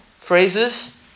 phrases